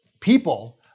people